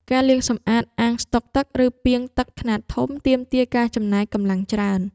ការលាងសម្អាតអាងស្តុកទឹក ឬពាងទឹកខ្នាតធំ ទាមទារការចំណាយកម្លាំងច្រើន។